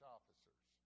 Officers